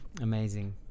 Amazing